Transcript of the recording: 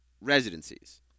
residencies